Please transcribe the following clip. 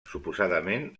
suposadament